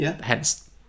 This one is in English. hence